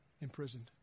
imprisoned